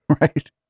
right